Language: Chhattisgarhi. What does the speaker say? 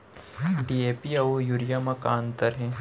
डी.ए.पी अऊ यूरिया म का अंतर हे?